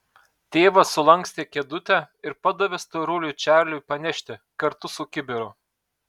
tėvas sulankstė kėdutę ir padavė storuliui čarliui panešti kartu su kibiru